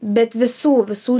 bet visų visų